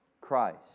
Christ